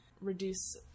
reduce